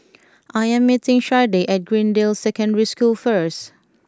I am meeting Sharday at Greendale Secondary School first